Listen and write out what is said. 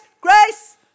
grace